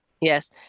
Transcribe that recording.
Yes